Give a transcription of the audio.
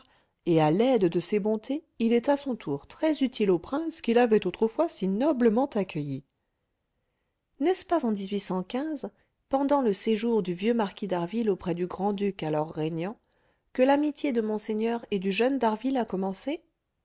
et à l'aide de ces bontés il est à son tour très-utile au prince qui l'avait autrefois si noblement accueilli n'est-ce pas en pendant le séjour du vieux marquis d'harville auprès du grand-duc alors régnant que l'amitié de monseigneur et du jeune d'harville a commencé